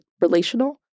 relational